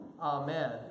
Amen